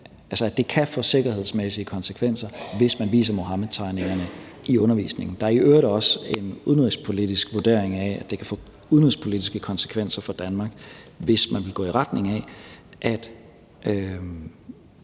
til, at det kan få sikkerhedsmæssige konsekvenser, hvis man viser Muhammedtegningerne i undervisningen. Der er i øvrigt også en udenrigspolitisk vurdering af det, der siger, at det kan få udenrigspolitiske konsekvenser for Danmark, hvis man vil gå i retning af at